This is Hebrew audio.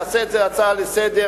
נעשה את זה הצעה לסדר-היום,